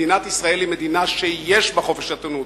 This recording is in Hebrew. מדינת ישראל היא מדינה שיש בה חופש עיתונות.